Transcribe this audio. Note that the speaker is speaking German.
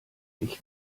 ich